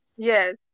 yes